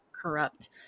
corrupt